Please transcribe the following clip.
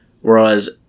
Whereas